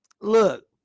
Look